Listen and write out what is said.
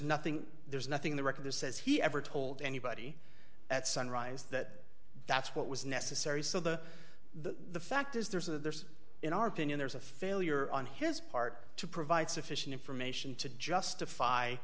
nothing there's nothing the record the says he ever told anybody at sunrise that that's what was necessary so the the fact is there's in our opinion there's a failure on his part to provide sufficient information to justify